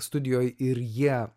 studijoj ir jie